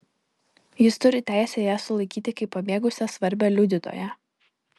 jis turi teisę ją sulaikyti kaip pabėgusią svarbią liudytoją